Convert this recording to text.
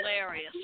hilarious